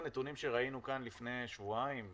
לנתונים שראינו כאן לפני שבועיים-שלושה,